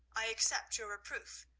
i accept your reproof,